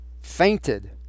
fainted